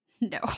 no